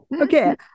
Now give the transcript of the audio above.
Okay